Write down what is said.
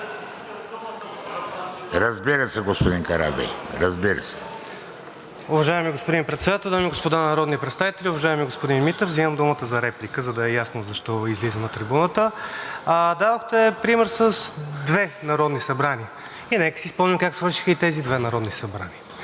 Разбира се, господин Карадайъ, разбира се.